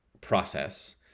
process